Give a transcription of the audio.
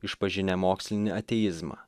išpažinę mokslinį ateizmą